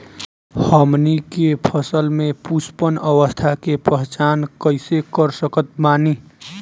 हमनी के फसल में पुष्पन अवस्था के पहचान कइसे कर सकत बानी?